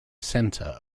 centre